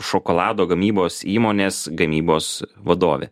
šokolado gamybos įmonės gamybos vadovė